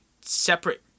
separate